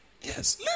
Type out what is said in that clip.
Yes